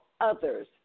others